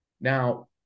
Now